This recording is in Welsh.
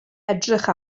edrych